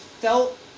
felt